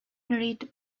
read